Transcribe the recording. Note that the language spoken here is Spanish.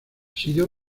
sido